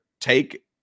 take